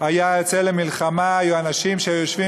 הוא היה יוצא למלחמה היו אנשים שיושבים